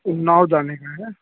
اناؤ جانے کا ہے